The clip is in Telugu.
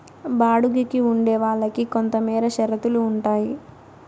బాడుగికి ఉండే వాళ్ళకి కొంతమేర షరతులు ఉంటాయి